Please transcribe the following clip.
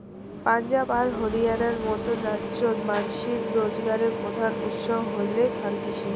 পাঞ্জাব আর হরিয়ানার মতন রাইজ্যত মানষির রোজগারের প্রধান উৎস হইলেক হালকৃষি